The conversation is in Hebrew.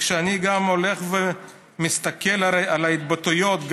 כשאני מסתכל על ההתבטאויות,